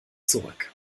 zurück